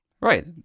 Right